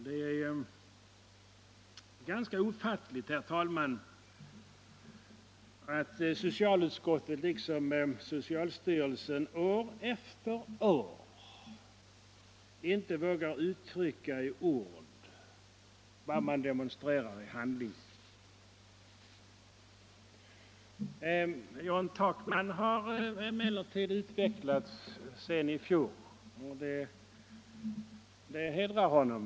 Det är ofattligt, herr talman, att socialutskottet liksom socialstyrelsen år efter år inte vågar uttrycka i ord vad man demonstrerar i handling. John Takman har emellertid utvecklats sedan i fjol, och det hedrar honom.